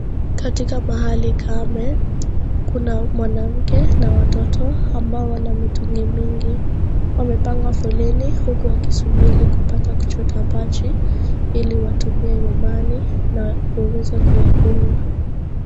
Katika mahali kame kuna mwanamke na watoto ambao wana mitungi mingi, wamepanga foleni huku wakisubiri kupata kuchota maji ili watumie nyumbani na waweze kuyakunywa.